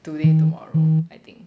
today tomorrow I think